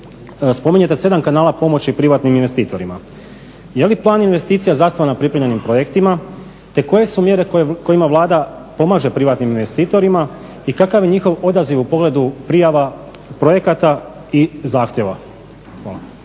spominjete 7 kanala pomoći privatnim investitorima. Je li plan investicija zasnovan na pripremljenim projektima, te koje su mjere kojima Vlada pomaže privatnim investitorima i kakav je njihov odaziv u pogledu prijava projekata i zahtjeva.